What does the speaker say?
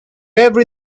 every